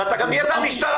ואתה גם נהיית משטרה,